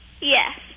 Yes